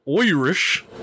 Irish